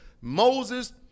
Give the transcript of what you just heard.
Moses